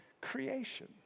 creation